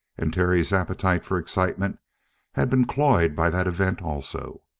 and terry's appetite for excitement had been cloyed by that event also.